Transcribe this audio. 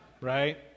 Right